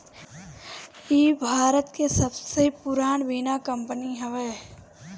इ भारत के सबसे पुरान बीमा कंपनी हवे